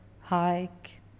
hike